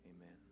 amen